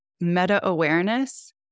meta-awareness